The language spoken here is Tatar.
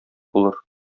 булыр